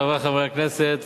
חברי חברי הכנסת,